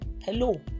hello